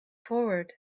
forward